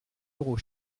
euros